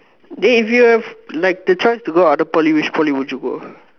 dey if you have like the choice to go other Poly which Poly would you go